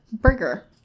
burger